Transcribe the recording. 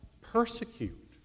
Persecute